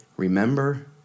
Remember